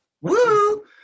Woo